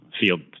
field